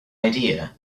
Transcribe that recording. idea